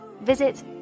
Visit